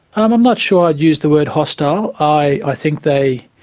um i'm not sure i'd use the word hostile. i think they,